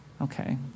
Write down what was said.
Okay